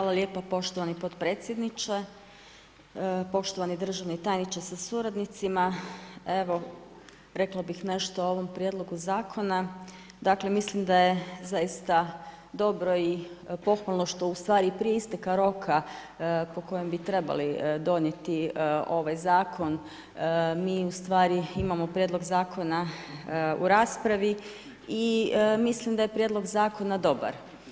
Hvala lijepo poštovani potpredsjedniče, poštovani državni tajniče sa suradnicima, evo, rekla bih nešto o ovom prijedlogu zakona, mislim da je zaista dobro i pohvalno što ustvari, prije isteka roka, po kojem bi trebali donijeti ovaj zakon, mi ustvari imamo prijedlog zakona u raspravi i mislim da je prijedlog zakona dobar.